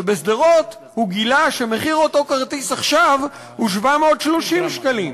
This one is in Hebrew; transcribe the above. ובשדרות הוא גילה שמחיר אותו כרטיס עכשיו הוא 730 שקלים,